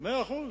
מ-2001.